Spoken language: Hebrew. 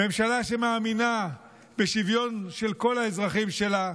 ממשלה שמאמינה בשוויון של כל האזרחים שלה,